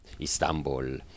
Istanbul